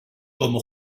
como